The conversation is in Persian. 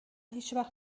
هیچوقت